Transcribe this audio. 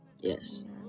yes